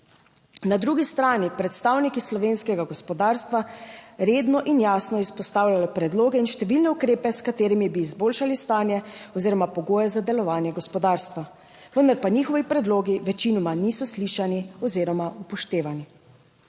Na drugi strani predstavniki slovenskega gospodarstva redno in jasno izpostavljajo predloge in številne ukrepe, s katerimi bi izboljšali stanje oziroma pogoje za delovanje gospodarstva, vendar pa njihovi predlogi večinoma niso slišani oziroma upoštevani.